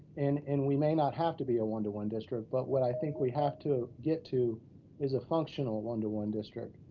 and and we may not have to be a one to one district, but what i think we have to get to is a functional one to one district,